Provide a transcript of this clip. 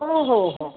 हो हो हो